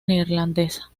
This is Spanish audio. neerlandesa